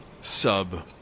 sub